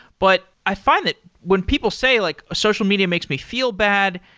but i find that when people say like social media makes me feel bad.